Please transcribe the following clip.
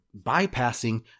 bypassing